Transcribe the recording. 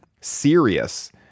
serious